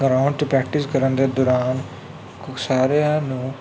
ground 'ਚ practice ਕਰਨ ਦੇ ਦੌਰਾਨ ਸਾਰਿਆਂ ਨੂੰ